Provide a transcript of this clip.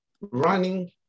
running